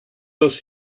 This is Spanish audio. dos